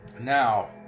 Now